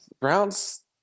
Browns